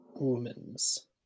Humans